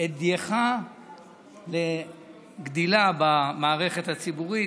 ייעודך גדילה במערכת הציבורית.